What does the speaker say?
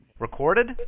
recorded